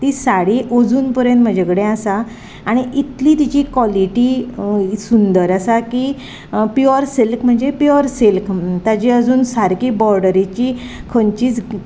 ती साडी अजून पर्यंत म्हाजे कडेन आसा आनी इतली तिची कॉलिटी सुंदर आसा की प्यूअर सिल्क म्हणजे प्यूअर सिल्क ताची आजून सारकी बॉर्डरीची खंयचीच